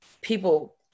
people